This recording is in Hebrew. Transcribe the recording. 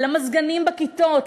המזגנים בכיתות,